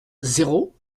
zéro